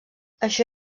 això